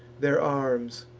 their arms,